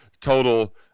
total